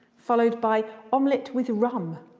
followed by omelette with rum.